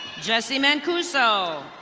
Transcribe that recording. jessie mancuso.